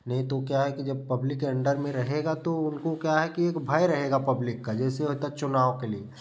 नहीं तो क्या है कि जब पब्लिक के अंडर में रहेगा तो उनको क्या है कि एक भय रहेगा पब्लिक का जैसे होता है चुनाव के लिए